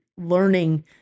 learning